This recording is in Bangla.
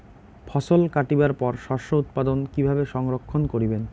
ফছল কাটিবার পর শস্য উৎপাদন কিভাবে সংরক্ষণ করিবেন?